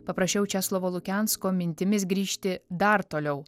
paprašiau česlovo lukensko mintimis grįžti dar toliau